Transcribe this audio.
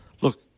look